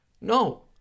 No